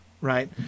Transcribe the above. right